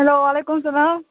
hello وعلیکم سلام